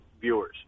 viewers